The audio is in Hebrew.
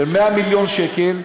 של 100 מיליון שקל,